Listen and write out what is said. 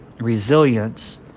resilience